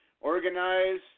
organize